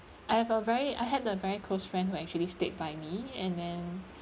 I have a very I had a very close friend who actually stayed by me and then